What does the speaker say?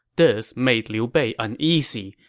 this made liu bei uneasy,